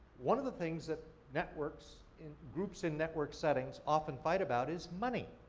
one of the things that networks, and groups in network settings often fight about is money.